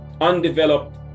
undeveloped